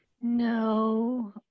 No